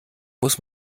muss